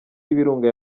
y’ibirunga